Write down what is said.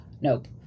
nope